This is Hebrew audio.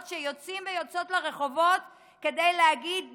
שיוצאים ויוצאות לרחובות כדי להגיד די,